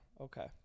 okay